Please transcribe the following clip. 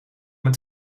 mijn